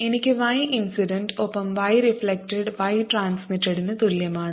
എനിക്ക് y incident ഒപ്പം y reflected y transmitted ന് തുല്യമാണ്